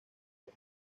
por